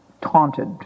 taunted